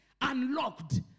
unlocked